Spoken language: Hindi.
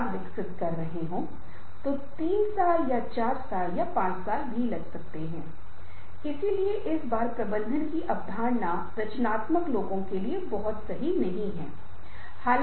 पेसिंग आपको किसी चीज को पेश करने में कितना समय लगता है आप बहुत लंबा समय ले सकते हैं या कर सकते हैं आप धीरे धीरे कर रहे हैं यदि मैं बहुत धीरे धीरे बोलना शुरू करता हूं